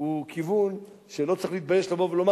הוא כיוון שלא צריך להתבייש לבוא ולומר,